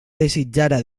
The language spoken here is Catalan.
desitjara